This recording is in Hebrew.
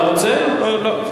אתה רוצה?